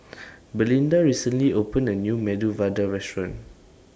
Belinda recently opened A New Medu Vada Restaurant